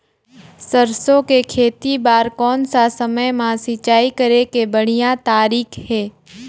सरसो के खेती बार कोन सा समय मां सिंचाई करे के बढ़िया तारीक हे?